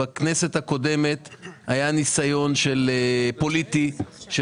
בכנסת הקודמת היה ניסיון פוליטי של